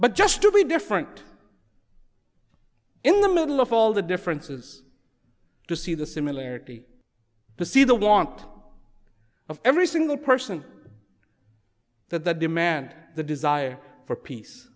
but just to be different in the middle of all the differences to see the similarity to see the want of every single person that that demand the desire for peace